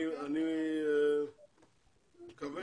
אני מקווה